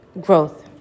growth